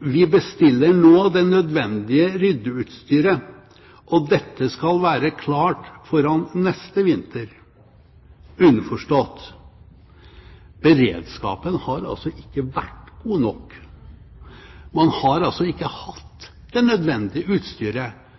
«Vi bestiller nå det nødvendige ryddeutstyret, og dette skal være klart foran neste vinter.» Underforstått: Beredskapen har altså ikke vært god nok. Man har altså ikke